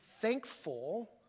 thankful